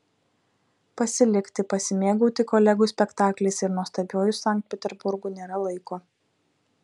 pasilikti pasimėgauti kolegų spektakliais ir nuostabiuoju sankt peterburgu nėra laiko